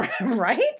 right